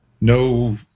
No